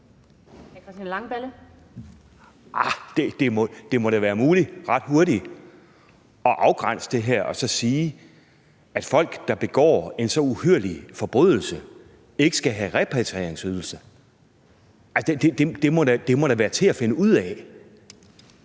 Det må da være muligt ret hurtigt at afgrænse det her og så sige, at folk, der begår en så uhyrlig forbrydelse, ikke skal have repatrieringsydelse. Det må da være til at finde ud af,